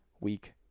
week